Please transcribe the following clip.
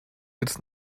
jetzt